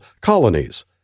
colonies